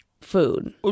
food